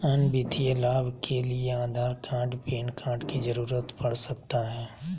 अन्य वित्तीय लाभ के लिए आधार कार्ड पैन कार्ड की जरूरत पड़ सकता है?